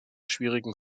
schwierigen